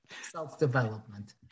self-development